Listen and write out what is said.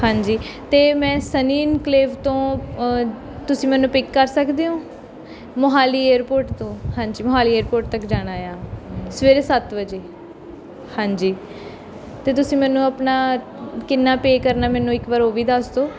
ਹਾਂਜੀ ਅਤੇ ਮੈਂ ਸਨੀ ਇਨਕਲੇਵ ਤੋਂ ਤੁਸੀਂ ਮੈਨੂੰ ਪਿੱਕ ਕਰ ਸਕਦੇ ਹੋ ਮੋਹਾਲੀ ਏਅਰਪੋਰਟ ਤੋਂ ਹਾਂਜੀ ਮੋਹਾਲੀ ਏਅਰਪੋਰਟ ਤੱਕ ਜਾਣਾ ਆ ਸਵੇਰੇ ਸੱਤ ਵਜੇ ਹਾਂਜੀ ਅਤੇ ਤੁਸੀਂ ਮੈਨੂੰ ਆਪਣਾ ਕਿੰਨਾ ਪੇ ਕਰਨਾ ਮੈਨੂੰ ਇੱਕ ਵਾਰ ਉਹ ਵੀ ਦੱਸ ਦਿਉ